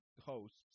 hosts